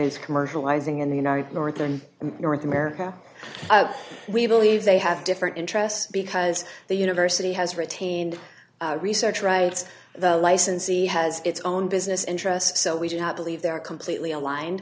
is commercializing in the united northern north america we believe they have different interests because the university has retained research rights the licensee has its own business interests so we do not believe they are completely aligned